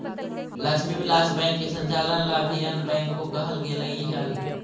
Lakshmi Vilas bank के संचालन ला भी अन्य बैंक को कहल गेलइ हल